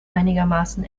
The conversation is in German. einigermaßen